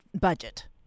budget